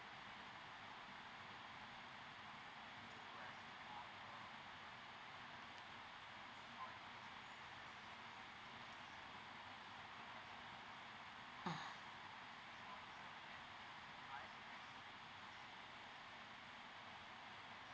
mm